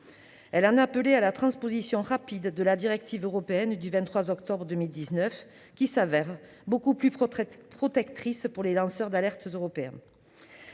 Elle en appelait à la transposition rapide de la directive européenne du 23 octobre 2019, qui est beaucoup plus protectrice pour les lanceurs d'alerte européens.